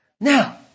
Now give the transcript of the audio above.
Now